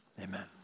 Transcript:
amen